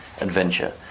adventure